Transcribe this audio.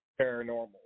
Paranormal